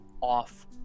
off